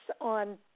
on